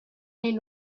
les